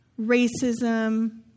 racism